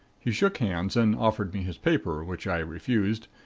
he shook hands and offered me his paper, which i refused.